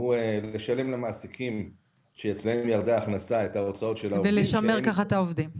לשלם למעסיקים שאצלם ירדה ההכנסה --- כדי לשמר את העובדים.